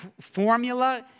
formula